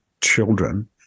children